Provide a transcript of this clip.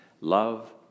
Love